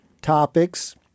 topics